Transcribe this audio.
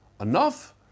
enough